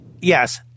Yes